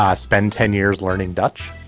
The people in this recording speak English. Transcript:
ah spend ten years learning dutch